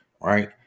right